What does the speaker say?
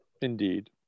Indeed